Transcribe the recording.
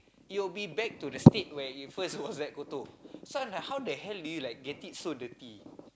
it will be back to the state where it first was like kotor so I was like how the hell do you get it so dirty